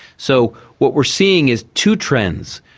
so what we're seeing is two trends.